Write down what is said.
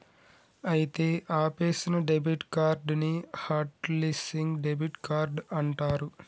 అయితే ఆపేసిన debit card ని హట్ లిస్సింగ్ డెబిట్ కార్డ్ అంటారు